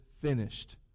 finished